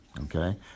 Okay